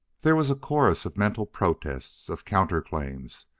there was a chorus of mental protests of counter claims.